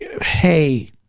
hey